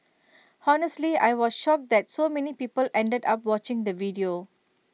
honestly I was shocked that so many people ended up watching the video